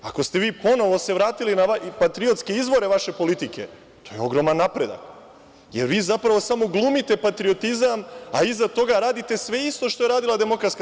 Ako ste se vi ponovo vratili na ove patriotske izvore politike, to je ogroman napredak, jer vi zapravo samo glumite patriotizam, a iza toga radite sve isto što je radila DS.